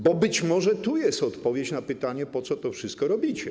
Bo być może tu jest odpowiedź na pytanie, po co to wszystko robicie.